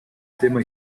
tema